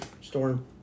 Storm